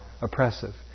oppressive